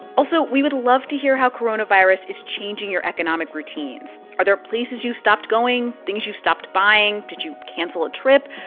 also, we would love to hear how coronavirus is changing your economic routines. are there places you stopped going, things you stopped buying? did you cancel a trip?